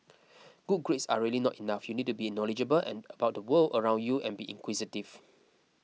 good grades are really not enough you need to be knowledgeable and about the world around you and be inquisitive